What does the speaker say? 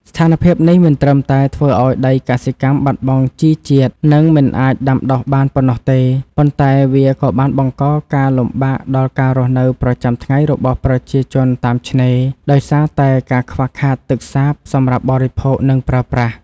ស្ថានភាពនេះមិនត្រឹមតែធ្វើឱ្យដីកសិកម្មបាត់បង់ជីជាតិ និងមិនអាចដាំដុះបានប៉ុណ្ណោះទេ ប៉ុន្តែវាក៏បានបង្កការលំបាកដល់ការរស់នៅប្រចាំថ្ងៃរបស់ប្រជាជនតាមឆ្នេរ ដោយសារតែការខ្វះខាតទឹកសាបសម្រាប់បរិភោគ និងប្រើប្រាស់។